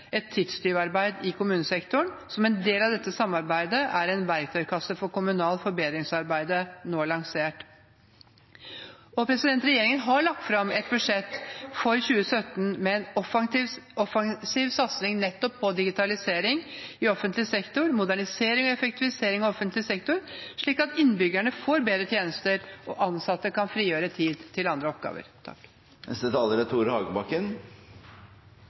et tidstyvarbeid i kommunesektoren. Som en del av dette samarbeidet er en verktøykasse for kommunalt forbedringsarbeid nå lansert. Regjeringen har lagt fram et budsjett for 2017 med en offensiv satsing på digitalisering i offentlig sektor – modernisering og effektivisering av offentlig sektor, slik at innbyggerne får bedre tjenester og de ansatte kan frigjøre tid til andre oppgaver.